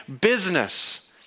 business